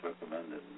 recommended